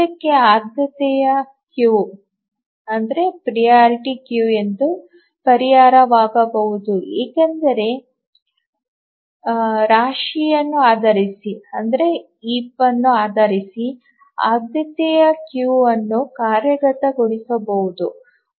ಇದಕ್ಕೆ ಆದ್ಯತೆಯ ಕ್ಯೂ ಒಂದು ಪರಿಹಾರವಾಗಬಹುದು ಏಕೆಂದರೆ ರಾಶಿಯನ್ನು ಆಧರಿಸಿ ಆದ್ಯತೆಯ ಕ್ಯೂ ಅನ್ನು ಕಾರ್ಯಗತಗೊಳಿಸಬಹುದು